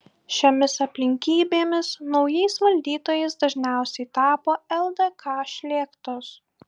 šiomis aplinkybėmis naujais valdytojais dažniausiai tapo ldk šlėktos